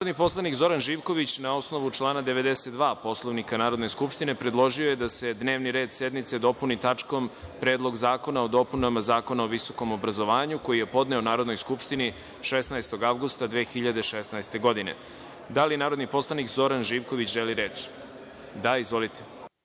predlog. Narodni poslanik Zoran Živković, na osnovu člana 92. Poslovnika Narodne skupštine, predložio je da se dnevni red sednice dopuni tačkom – Predlog zakona o dopunama Zakona o visokom obrazovanju, koji je podneo Narodnoj skupštini 16. avgusta 2016. godine. Da li narodni poslanik Zoran Živković želi reč? Izvolite.